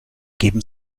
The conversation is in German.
geben